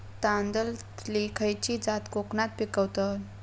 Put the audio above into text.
तांदलतली खयची जात कोकणात पिकवतत?